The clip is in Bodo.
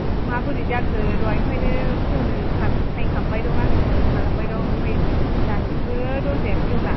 माबोरै जाखो दहायनिफ्रायनो खेवनो ट्राइ खालामबाय दं आङो खालामबाय दं आमफ्राय दासिमबो दर्जायानो गेवला